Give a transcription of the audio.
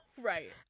right